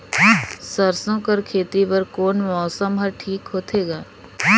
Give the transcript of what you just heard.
सरसो कर खेती बर कोन मौसम हर ठीक होथे ग?